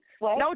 No